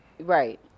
right